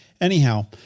Anyhow